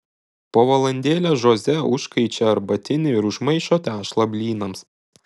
po valandėlės žoze užkaičia arbatinį ir užmaišo tešlą blynams